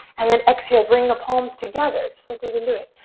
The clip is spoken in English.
and then exhale, bring the palms together. just like we've been doing.